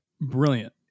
Brilliant